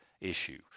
issue